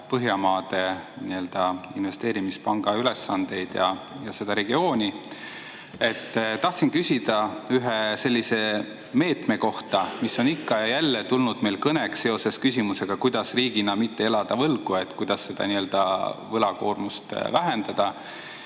Põhjamaade Investeerimispanga ülesandeid ja seda regiooni! Tahtsin küsida ühe sellise meetme kohta, mis on ikka ja jälle olnud meil kõne all seoses küsimusega, kuidas riigina mitte elada võlgu, kuidas võlakoormust vähendada.